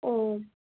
ও